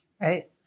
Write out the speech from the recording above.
right